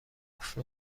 قفل